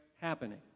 happening